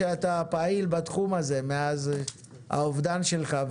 שאתה פעיל בתחום הזה מאז האובדן שלך.